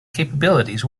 capabilities